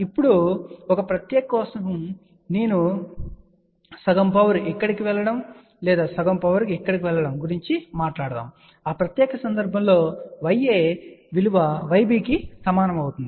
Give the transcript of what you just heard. ఇప్పుడు కానీ ఒక ప్రత్యేక కేసు కోసం నేను కోరుకుంటున్నాను సగం పవర్ ఇక్కడకు వెళ్లడం లేదా సగం పవర్ ఇక్కడకు వెళ్లడం గురించి ప్రస్తావించండి ఆ ప్రత్యేక సందర్భంలో Ya Yb కి సమానం అవుతుంది